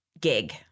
gig